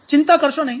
ચિંતા કરશો નહીં